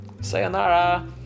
Sayonara